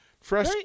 Fresh